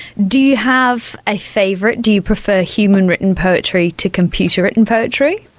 do you have a favourite, do you prefer human written poetry to computer written poetry?